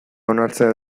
onartzea